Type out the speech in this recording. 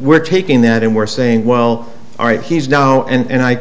we're taking that and we're saying well all right he's now and i